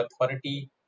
authority